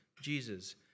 Jesus